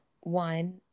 one